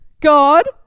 God